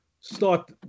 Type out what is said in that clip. start